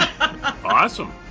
Awesome